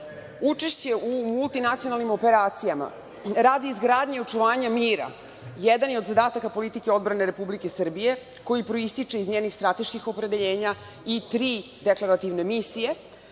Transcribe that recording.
učešće u multinacionalnim operacijama radi izgradnje i očuvanja mira jedan je od zadataka politike odbrane Republike Srbije koji proističe iz njenih strateških opredeljenja i tri deklarativne misije